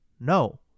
No